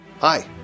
hi